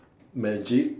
magic